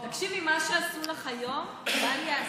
תקשיבי, מה שעשו לך היום, בל ייעשה.